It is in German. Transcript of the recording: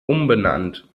umbenannt